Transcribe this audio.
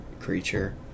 creature